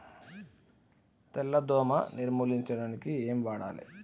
తెల్ల దోమ నిర్ములించడానికి ఏం వాడాలి?